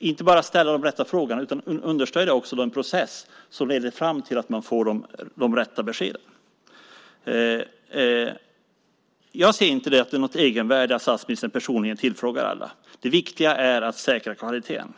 gäller att ställa de rätta frågorna och att understödja en process som leder fram till att man får de rätta beskeden. Jag ser inte något egenvärde i att statsministern personligen tillfrågar alla. Det viktiga att är säkra kvaliteten.